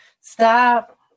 Stop